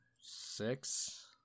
six